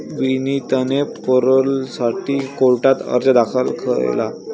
विनीतने पॅरोलसाठी कोर्टात अर्ज दाखल केला